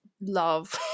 love